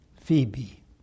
Phoebe